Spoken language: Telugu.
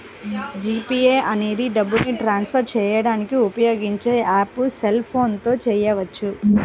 జీ పే అనేది డబ్బుని ట్రాన్స్ ఫర్ చేయడానికి ఉపయోగించే యాప్పు సెల్ ఫోన్ తో చేయవచ్చు